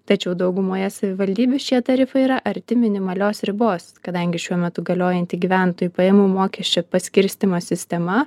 tačiau daugumoje savivaldybių šie tarifai yra arti minimalios ribos kadangi šiuo metu galiojanti gyventojų pajamų mokesčio paskirstymo sistema